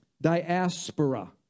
diaspora